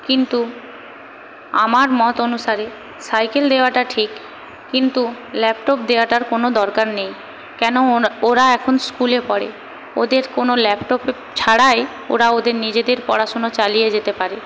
কিন্তু আমার মত অনুসারে সাইকেল দেওয়াটা ঠিক কিন্তু ল্যাপটপ দেওয়াটার কোন দরকার নেই কেন ও ওরা এখন স্কুলে পড়ে ওদের কোনো ল্যাপটপ ছাড়াই ওরা ওদের নিজেদের পড়াশোনা চালিয়ে যেতে পারে